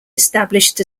established